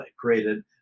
created